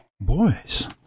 boys